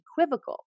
equivocal